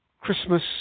Christmas